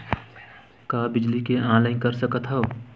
का बिजली के ऑनलाइन कर सकत हव?